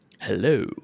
Hello